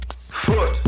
foot